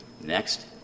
Next